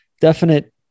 definite